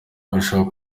birashoboka